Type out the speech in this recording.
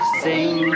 sing